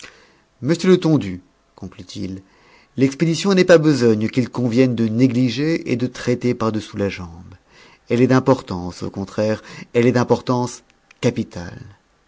monsieur letondu conclut-il l'expédition n'est pas besogne qu'il convienne de négliger et de traiter par-dessous la jambe elle est d'importance au contraire elle est d'importance capitale